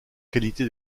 qualité